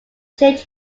change